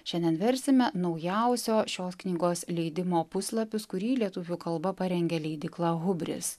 šiandien versime naujausio šios knygos leidimo puslapius kurį lietuvių kalba parengė leidykla hubris